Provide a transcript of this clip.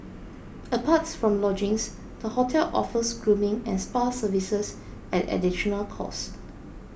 apart from lodgings the hotel offers grooming and spa services at additional cost